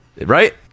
right